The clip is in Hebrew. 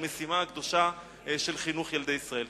למשימה הקדושה של חינוך ילדי ישראל.